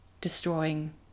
destroying